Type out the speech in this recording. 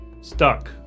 stuck